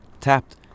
tapped